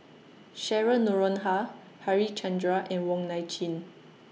Cheryl Noronha Harichandra and Wong Nai Chin